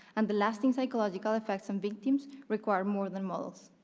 and the lasting psychological effects on victims require more than models.